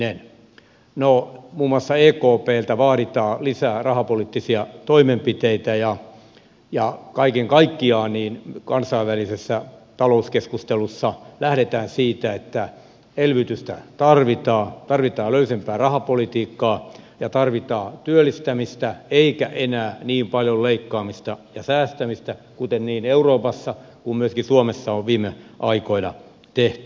no muun muassa ekpltä vaaditaan lisää rahapoliittisia toimenpiteitä ja kaiken kaikkiaan kansainvälisessä talouskeskustelussa lähdetään siitä että elvytystä tarvitaan tarvitaan löysempää rahapolitiikkaa ja tarvitaan työllistämistä eikä enää niin paljon leikkaamista ja säästämistä kuin niin euroopassa kuin myöskin suomessa on viime aikoina tehty